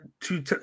two